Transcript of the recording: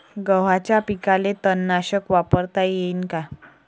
गव्हाच्या पिकाले तननाशक वापरता येईन का?